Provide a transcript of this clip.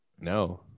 no